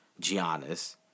Giannis